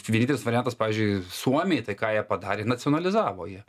vienintelis variantas pavyzdžiui suomiai tai ką jie padarė nacionalizavo jie